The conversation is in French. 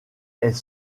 est